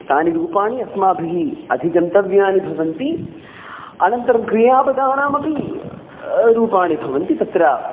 तानि रूपाणि अस्माभिः अधिगन्तव्यानि भवन्ति अनन्तरं क्रियापदानामपि रूपाणि भवन्ति तत्र